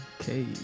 Okay